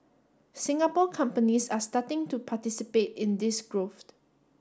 Singapore companies are starting to participate in this growth